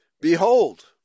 Behold